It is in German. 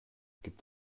gibt